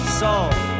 salt